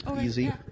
easy